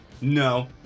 No